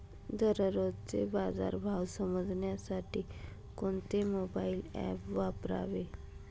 दररोजचे बाजार भाव समजण्यासाठी कोणते मोबाईल ॲप वापरावे?